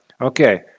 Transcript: Okay